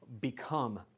become